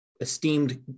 esteemed